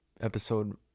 episode